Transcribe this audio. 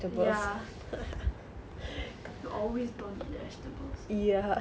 ya you always don't eat the vegetables